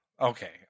Okay